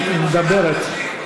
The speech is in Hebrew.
היא מדברת.